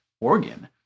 organ